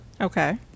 Okay